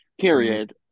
Period